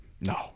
No